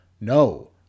no